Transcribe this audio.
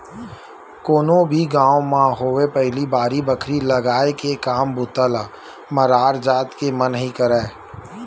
कोनो भी गाँव म होवय पहिली बाड़ी बखरी लगाय के काम बूता ल मरार जात के मन ही करय